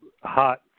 hot